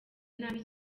nabi